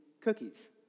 cookies